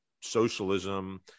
socialism